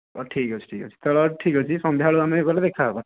ହଁ ଠିକ ଅଛି ଠିକ ଅଛି ତା'ହେଲେ ଠିକ ଅଛି ସନ୍ଧ୍ୟାବେଳେ ଆମେ ଗଲେ ଦେଖାହେବା